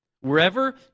Wherever